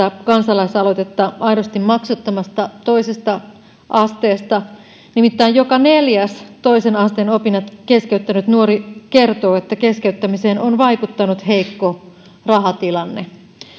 kansalaisaloitetta aidosti maksuttomasta toisesta asteesta nimittäin joka neljäs toisen asteen opinnot keskeyttänyt nuori kertoo että keskeyttämiseen on vaikuttanut heikko rahatilanne